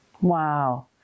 Wow